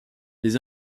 les